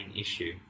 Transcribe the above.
issue